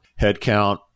headcount